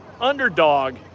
underdog